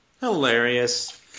Hilarious